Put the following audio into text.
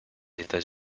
états